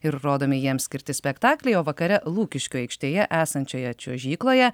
ir rodomi jiems skirti spektakliai o vakare lukiškių aikštėje esančioje čiuožykloje